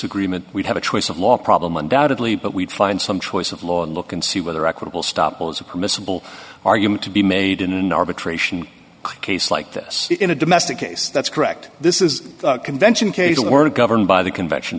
agreement we'd have a choice of law problem undoubtedly but we'd find some choice of law and look and see whether equitable stoppel is a permissible argument to be made in an arbitration case like this in a domestic case that's correct this is a convention case or governed by the convention